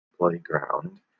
playground